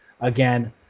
again